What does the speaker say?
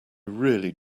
really